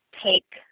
take